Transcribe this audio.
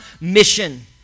mission